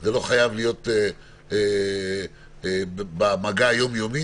זה לא חייב להיות במגע היום יומי,